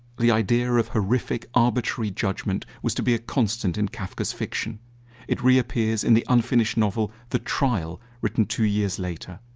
the idea of horrific, arbitrary judgment was to be a constant in kafka's fiction it reappears in the unfinished novel the trial, written two years later.